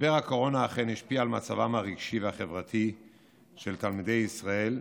משבר הקורונה אכן השפיע על מצבם הרגשי והחברתי של תלמידי ישראל,